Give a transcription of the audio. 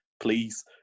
Please